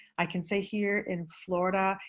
i can say here in florida,